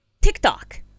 TikTok